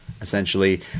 essentially